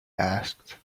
asked